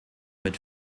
mit